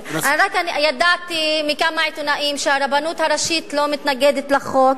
ידעתי מכמה עיתונאים שהרבנות הראשית לא מתנגדת לחוק.